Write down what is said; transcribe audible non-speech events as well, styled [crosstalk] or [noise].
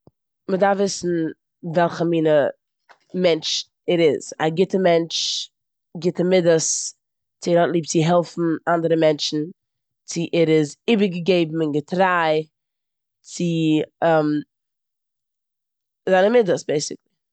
מ'דארף וויסן וועלכע מינע [noise] מענטש ער איז. א גוטע מענטש, גוטע מידות, צו ער האט ליב צו העלפן אנדערע מענטשן, צו ער איז איבערגעגעבן און געטריי, צו [hesitation] זיינע מידות, בעיסיקלי.